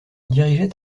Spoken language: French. dirigeait